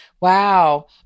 Wow